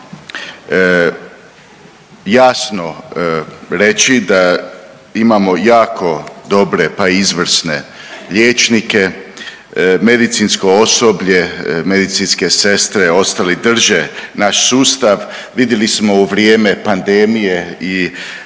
jasno reći da imamo jako dobre pa izvrsne liječnike, medicinsko osoblje, medicinske sestre, ostali drže naš sustav. Vidjeli smo u vrijeme pandemije i